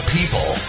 People